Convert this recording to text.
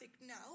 now